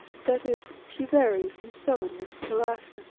that is, she varied from sullenness to laughter.